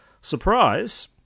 Surprise